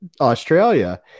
Australia